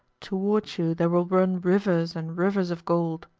towards you there will run rivers and rivers of gold.